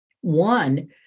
One